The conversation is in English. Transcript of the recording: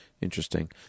interesting